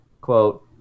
quote